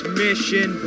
mission